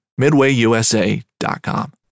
MidwayUSA.com